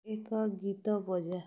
ଏକ ଗୀତ ବଜା